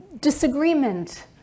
disagreement